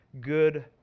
good